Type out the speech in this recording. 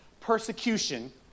persecution